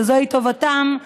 שזוהי טובתם,